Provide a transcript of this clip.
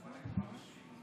ובלי נתניהו.